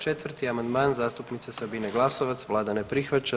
4. amandman zastupnice Sabine Glasovac, Vlada ne prihvaća.